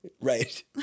Right